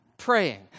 praying